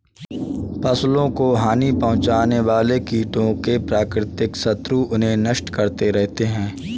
फसलों को हानि पहुँचाने वाले कीटों के प्राकृतिक शत्रु उन्हें नष्ट करते रहते हैं